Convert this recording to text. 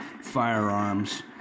firearms